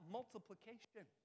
multiplication